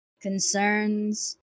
Concerns